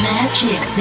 Magic